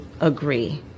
agree